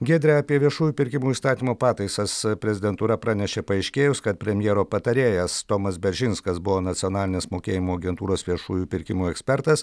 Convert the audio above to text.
giedre apie viešųjų pirkimų įstatymo pataisas prezidentūra pranešė paaiškėjus kad premjero patarėjas tomas beržinskas buvo nacionalinės mokėjimo agentūros viešųjų pirkimų ekspertas